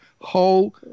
whole